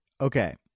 Okay